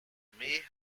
may